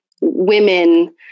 women